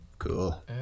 Cool